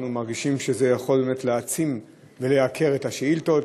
אנחנו מרגישים שזה יכול להעצים את השאילתות.